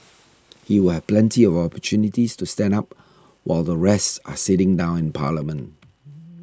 he will have plenty of opportunities to stand up while the rest are sitting down in parliament